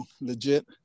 legit